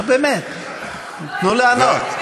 נו, באמת, תנו לענות.